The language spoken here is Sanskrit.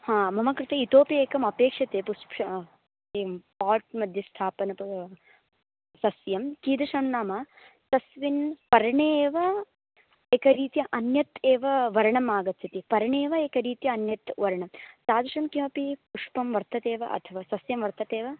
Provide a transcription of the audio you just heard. हा मम कृते इतोऽपि एकम् अपेक्षते पुष्पम् एवं पाट् मघ्ये स्थापनं प सस्यं कीदृशं नाम तस्मिन् पर्णे एव एक रीत्या अन्यत् एव वर्णम् आगच्छति पर्णे एव एक रीत्या अन्यत् वर्णं तादृशं किमपि पुष्पं वर्तते वा अथवा सस्यं वर्तते वा